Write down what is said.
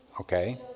Okay